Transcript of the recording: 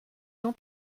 jean